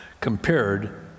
compared